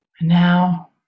Now